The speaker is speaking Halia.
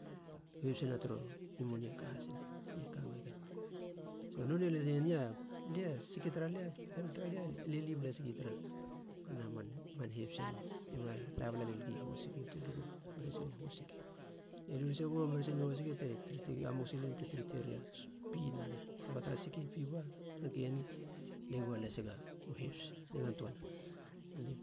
Hebs sina tara numonia e ka hasina lie kamegen. So nonei lasi eni, alia siki tara lie, helt tara lia, lie lib las gia tara nonei a man hebs eni, lie ma la bala lel gi hosiki bate uagu meresin i hosiki, lie lu lasegu meresin i hosiki te trete ria amoksilin te trete ria pi naha kaba tara siki piba manke ni lie ua lasegu hebs, nigan töana nonei puku.